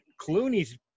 Clooney's